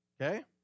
okay